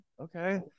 okay